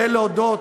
ולהודות